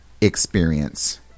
experience